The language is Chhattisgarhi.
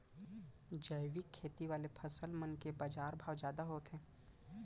जैविक खेती वाले फसल मन के बाजार भाव जादा होथे